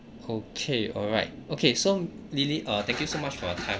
okay alright okay so lily uh thank you so much for your time